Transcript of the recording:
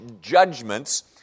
judgments